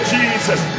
Jesus